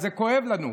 זה כואב לנו.